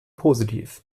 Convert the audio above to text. positiv